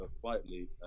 quietly